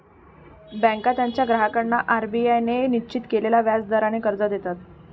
बँका त्यांच्या ग्राहकांना आर.बी.आय ने निश्चित केलेल्या व्याज दराने कर्ज देतात